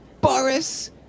Boris